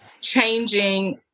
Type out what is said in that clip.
changing